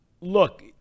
Look